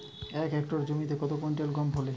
এক হেক্টর জমিতে কত কুইন্টাল গম ফলে?